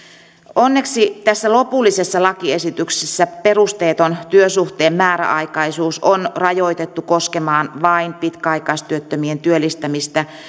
onneksi tässä lopullisessa lakiesityksessä perusteeton työsuhteen määräaikaisuus on rajoitettu koskemaan vain pitkäaikaistyöttömien työllistämistä